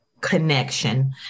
connection